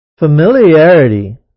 familiarity